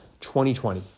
2020